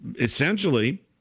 essentially